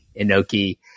Inoki